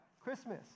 Christmas